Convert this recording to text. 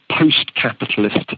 post-capitalist